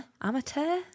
amateur